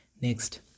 Next